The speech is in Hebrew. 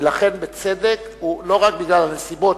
ולכן בצדק הוא, לא רק בגלל הנסיבות,